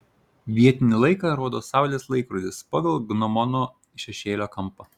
vietinį laiką rodo saulės laikrodis pagal gnomono šešėlio kampą